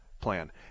plan